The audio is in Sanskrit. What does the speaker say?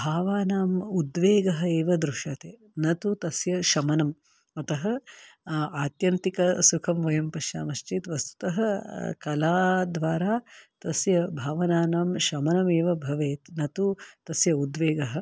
भावानाम् उद्वेगः एव दृश्यते न तु तस्य शमनम् अतः आत्यन्तिकसुखं वयं पश्यामः चेत् वस्तुतः कलाद्वारा तस्य भावनानां शमनम् एव भवेत् न तु तस्य उद्वेगः